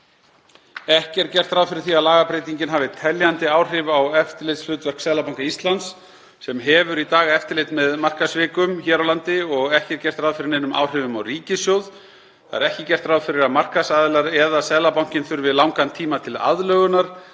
Ekki er gert ráð fyrir að lagabreytingin hafi teljandi áhrif á eftirlitshlutverk Seðlabanka Íslands sem hefur í dag eftirlit með markaðssvikum hér á landi og ekki er gert ráð fyrir neinum áhrifum á ríkissjóð. Ekki er gert ráð fyrir að markaðsaðilar eða Seðlabankinn þurfi langan tíma til aðlögunar.